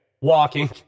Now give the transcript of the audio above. walking